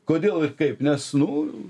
kodėl ir kaip nes nu